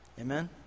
Amen